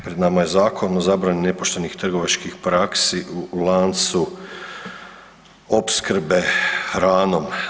Pred nama je Zakon o zabrani nepoštenih trgovačkih praksi u lancu opskrbe hranom.